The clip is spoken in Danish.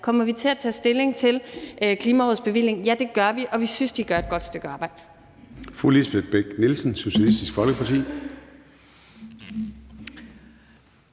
Kommer vi til at tage stilling til Klimarådets bevilling? Ja, det gør vi, og vi synes, de gør et godt stykke arbejde.